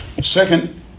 second